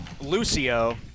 Lucio